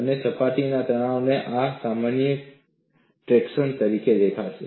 અને સપાટીના તણાવને કારણે આ સામાન્ય ટ્રેક્શન તરીકે દેખાશે